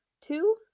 Two